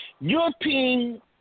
European